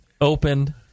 opened